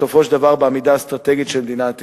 בסופו של דבר בעמידה האסטרטגית של מדינת ישראל.